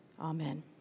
Amen